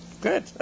Good